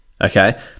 okay